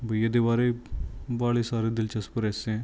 ਬਈ ਇਹਦੇ ਬਾਰੇ ਬਾਹਲੇ ਸਾਰੇ ਦਿਲਚਸਪ ਰਹੱਸ ਹੈ